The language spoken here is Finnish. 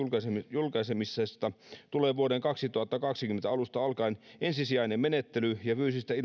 julkaisemisesta tulee vuoden kaksituhattakaksikymmentä alusta alkaen ensisijainen menettely ja